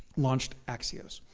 launched axios.